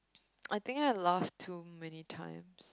I think I laughed too many times